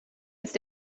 ist